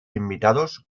invitados